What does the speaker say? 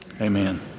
amen